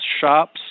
shops